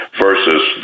versus